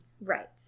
Right